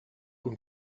und